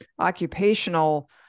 occupational